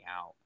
out